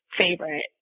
favorite